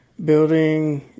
Building